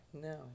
No